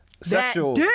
sexual